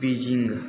Beijing